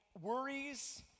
worries